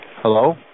Hello